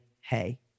hey